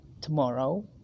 tomorrow